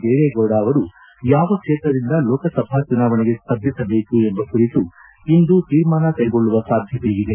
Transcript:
ದೇವೇಗೌಡ ಅವರು ಯಾವ ಕ್ಷೇತ್ರದಿಂದ ಲೋಕಸಭಾ ಚುನಾವಣೆಗೆ ಸ್ಪರ್ಧಿಸಬೇಕು ಎಂಬ ಕುರಿತು ಇಂದು ತೀರ್ಮಾನ ಕೈಗೊಳ್ಳುವ ಸಾಧ್ಯತೆ ಇದೆ